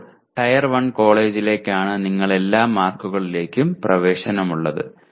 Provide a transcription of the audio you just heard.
ഇപ്പോൾ ടയർ 1 കോളേജിലാണ് നിങ്ങൾക്ക് എല്ലാ മാർക്കുകളിലേക്കും പ്രവേശനമുള്ളത്